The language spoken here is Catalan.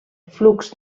flux